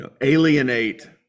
alienate